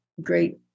great